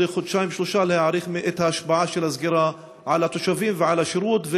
חודשיים-שלושה להעריך את ההשפעה של הסגירה על התושבים ועל השירות,